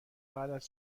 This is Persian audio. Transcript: بعد